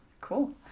cool